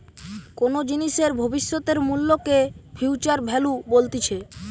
কোনো জিনিসের ভবিষ্যতের মূল্যকে ফিউচার ভ্যালু বলতিছে